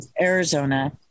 Arizona